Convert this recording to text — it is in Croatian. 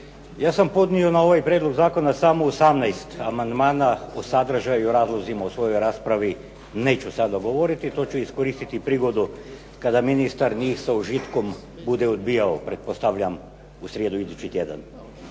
Ja sam podnio na ovaj prijedlog zakona samo 18 amandmana. O sadržaju i razlozima u svojoj raspravi neću sada govoriti. To ću iskoristiti prigodu kada ministar njih sa užitkom bude odbijao pretpostavljam u srijedu idući tjedan.